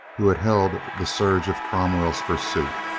who had held the surge of cromwell's pursuit.